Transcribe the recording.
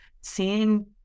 seeing